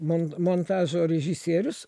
man montažo režisierius